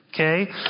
Okay